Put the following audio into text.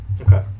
okay